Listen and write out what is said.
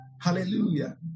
Hallelujah